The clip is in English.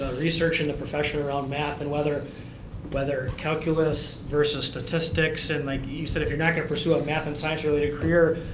research and and profession around math and whether whether calculus and statistics and, like you said if you're not going to pursue a math and science related career,